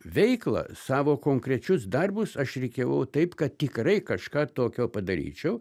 veiklą savo konkrečius darbus aš rikiavau taip kad tikrai kažką tokio padaryčiau